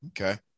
okay